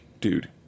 dude